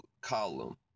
column